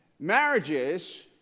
Marriages